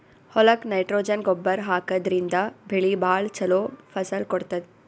ಹೊಲಕ್ಕ್ ನೈಟ್ರೊಜನ್ ಗೊಬ್ಬರ್ ಹಾಕಿದ್ರಿನ್ದ ಬೆಳಿ ಭಾಳ್ ಛಲೋ ಫಸಲ್ ಕೊಡ್ತದ್